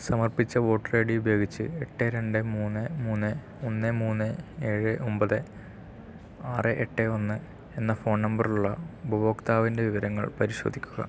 സമർപ്പിച്ച voter I D ഉപയോഗിച്ച് എട്ടേ രണ്ടേ മൂന്ന് മൂന്ന് ഒന്ന് മൂന്ന് ഏഴ് ഒമ്പത് ആറ് എട്ട് ഒന്ന് എന്ന ഫോൺ നമ്പറുള്ള ഉപഭോക്താവിൻ്റെ വിവരങ്ങൾ പരിശോധിക്കുക